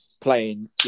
playing